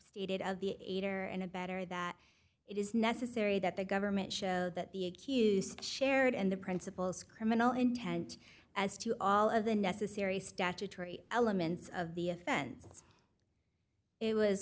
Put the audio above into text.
stated of the aider and abettor that it is necessary that the government show that the accused shared in the principles criminal intent as to all of the necessary statutory elements of the offense it was